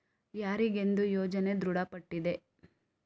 ಯಾರಿಗೆಂದು ಯೋಜನೆ ದೃಢಪಟ್ಟಿದೆ?